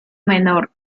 menor